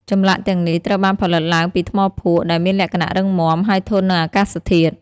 ចម្លាក់ទាំងនេះត្រូវបានផលិតឡើងពីថ្មភក់ ដែលមានលក្ខណៈរឹងមាំ ហើយធន់នឹងអាកាសធាតុ។